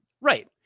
Right